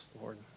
Lord